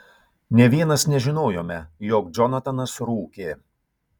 nė vienas nežinojome jog džonatanas rūkė